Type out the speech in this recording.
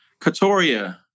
Katoria